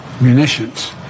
munitions